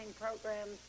programs